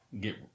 Get